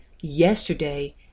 yesterday